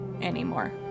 anymore